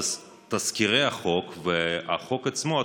תזכירי החוק והחוק עצמו,